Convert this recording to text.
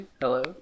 Hello